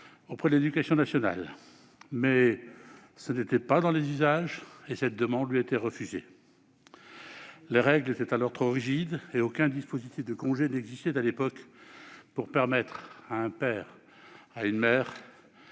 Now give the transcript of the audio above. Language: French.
à l'éducation nationale : ce n'était pas dans les usages et cette demande lui a été refusée. Les règles étaient alors trop rigides et aucun dispositif de congé n'existait à l'époque pour permettre à un père ou à une mère